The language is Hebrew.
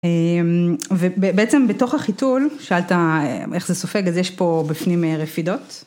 ובעצם בתוך החיתול, שאלת איך זה סופג, אז יש פה בפנים רפידות.